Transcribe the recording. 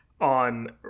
on